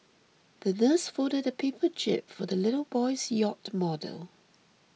the nurse folded a paper jib for the little boy's yacht model